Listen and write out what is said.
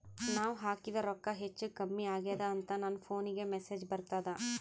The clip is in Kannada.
ನಾವ ಹಾಕಿದ ರೊಕ್ಕ ಹೆಚ್ಚು, ಕಮ್ಮಿ ಆಗೆದ ಅಂತ ನನ ಫೋನಿಗ ಮೆಸೇಜ್ ಬರ್ತದ?